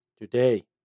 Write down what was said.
Today